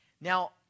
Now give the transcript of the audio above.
now